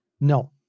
no